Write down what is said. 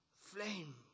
flame